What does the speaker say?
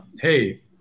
Hey